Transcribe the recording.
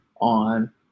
on